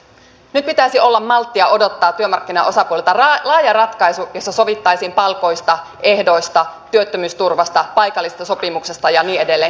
nyt pitäisi olla malttia odottaa työmarkkinaosapuolilta laaja ratkaisu jossa sovittaisiin palkoista ehdoista työttömyysturvasta paikallisesta sopimisesta ja niin edelleen